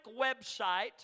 website